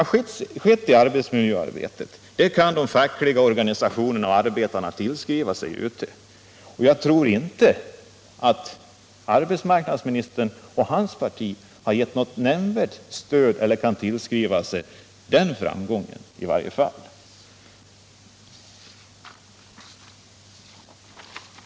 Framgångarna i arbetsmiljöarbetet kan, som jag tidigare sagt, de fackliga organisationerna och arbetarna tillskriva sig. Jag tror inte att arbetsmarknadsministern och hans parti har gett något nämnvärt stöd i den kampen och kan tillskriva sig dessa framgångar.